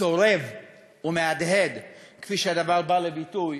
צורב ומהדהד, כפי שהדבר בא לביטוי